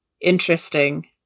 interesting